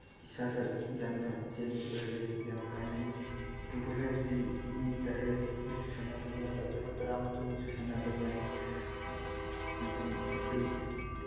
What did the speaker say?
ꯏꯁꯥꯗ ꯌꯥꯝꯅ ꯆꯦꯟꯖ ꯑꯣꯏꯍꯜꯂꯤ ꯌꯥꯝ ꯀꯥꯟꯅꯩ ꯐꯨꯠꯕꯣꯜ ꯍꯥꯏꯕꯁꯤ ꯃꯤ ꯇꯔꯦꯠꯅꯁꯨ ꯁꯥꯟꯅꯕ ꯌꯥꯏ ꯑꯗꯨꯒ ꯇꯔꯥ ꯃꯥꯊꯣꯏꯅꯁꯨ ꯁꯥꯟꯅꯕ ꯌꯥꯏ ꯑꯗꯨꯅ ꯑꯩꯈꯣꯏ